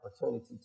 opportunity